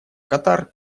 катар